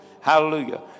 Hallelujah